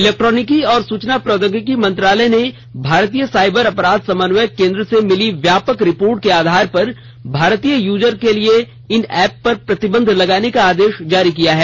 इलेक्ट्रानिकी और सूचना प्रौद्योगिकी मंत्रालय ने भारतीय साइबर अपराध समन्वय केंद्र से मिली व्यापक रिपोर्ट के आधार पर भारतीय यूजर के लिए इन ऐप पर प्रतिबंध लगाने का आदेश जारी किया है